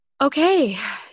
Okay